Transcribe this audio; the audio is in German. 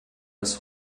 das